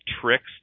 tricks